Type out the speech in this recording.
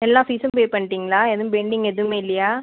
எல்லாம் ஃபீஸும் பே பண்ணிட்டிங்களா எதுவும் பெண்டிங் எதுவுமே இல்லையா